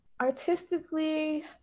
artistically